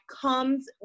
comes